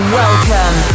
welcome